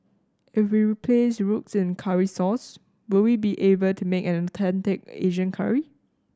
if we replace roux with curry sauce will we be able to make an authentic Asian curry